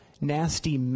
nasty